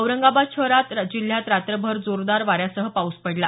औरंगाबाद शहरासह जिल्ह्यात रात्रभर जोरदार वाऱ्यासह पाऊस पडला